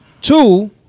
Two